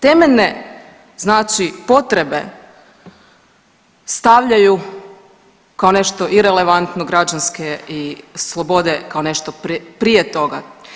Temeljne znači potrebe stavljaju kao nešto irelevantno građanske slobode kao nešto prije toga.